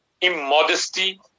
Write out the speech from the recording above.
Immodesty